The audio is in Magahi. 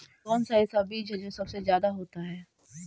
कौन सा ऐसा बीज है जो सबसे ज्यादा होता है?